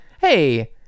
hey